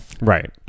Right